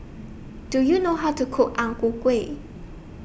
Do YOU know How to Cook Ang Ku Kueh